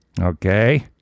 Okay